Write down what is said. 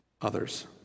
others